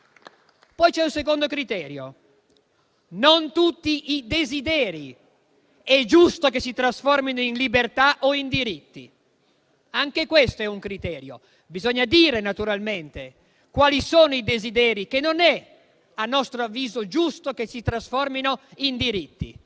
Poi c'è un secondo criterio: non tutti i desideri è giusto che si trasformino in libertà o in diritti. Anche questo è un criterio. Bisogna dire, naturalmente, quali sono i desideri, che non è, a nostro avviso, giusto che si trasformino in diritti.